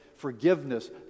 Forgiveness